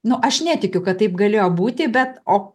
nu aš netikiu kad taip galėjo būti bet o